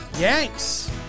Yanks